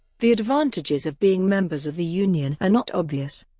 the advantages of being members of the union are not obvious.